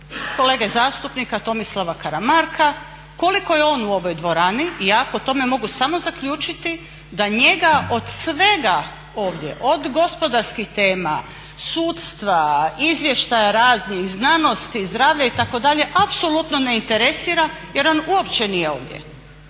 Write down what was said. kolege zastupnika Tomislava Karamarka koliko je on u ovoj dvorani i ja po tome mogu samo zaključiti da njega od svega ovdje od gospodarskih tema, sudstva, izvještaja raznih, znanosti, zdravlja itd. apsolutno ne interesira jer on uopće nije ovdje